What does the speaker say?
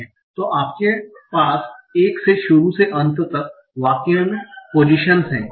तो आपके पास एक से शुरू से अंत तक वाक्य में पोजीशन्स हैं